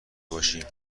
باشیم